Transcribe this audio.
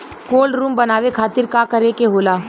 Cold room बनावे खातिर का करे के होला?